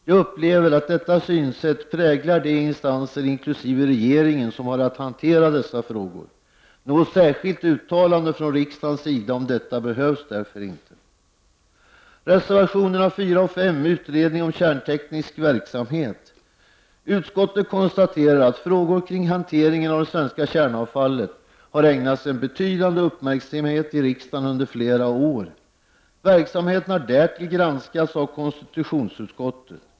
Jag upplever att detta synsätt präglar de instanser, inkl. regeringen, som har att hantera dessa frågor. Något särskilt uttalande från riksdagens sida om detta behövs därför inte. Reservationerna nr 4 och 5 rör frågan om utredning av kärnteknisk verksamhet. Utskottet konstaterar att frågor kring hanteringen av det svenska kärnavfallet under flera år har ägnats betydande uppmärksamhet i riksdagen. Verksamheten har därtill granskats av konstitutionsutskottet.